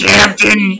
Captain